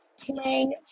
playing